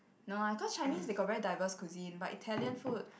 no ah cause Chinese they got very diverse cuisine but Italian food